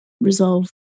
resolve